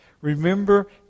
Remember